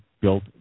built